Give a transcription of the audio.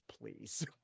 please